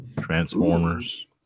Transformers